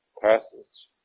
passes